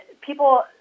people